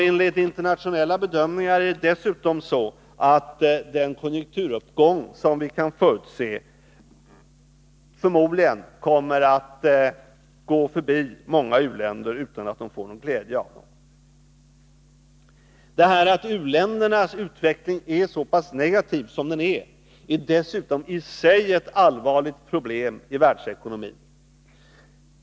Enligt internationella bedömningar kommer dessutom många u-länder förmodligen inte att få någon glädje av den konjunkturuppgång som vi kan förutse. Att u-ländernas utveckling är så här negativ är i sig ett allvarligt problem i världsekonomin.